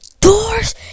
DOORS